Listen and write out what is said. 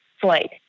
flight